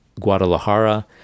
Guadalajara